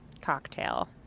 cocktail